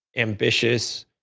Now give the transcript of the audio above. ambitious,